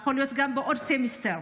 ויכול להיות שבעוד סמסטר.